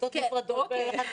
בכיתות נפרדות.